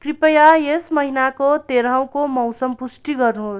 कृपया यस महिनाको तेह्रौँको मौसम पुष्टि गर्नुहोस्